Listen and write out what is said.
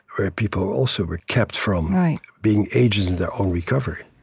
where people also were kept from being agents in their own recovery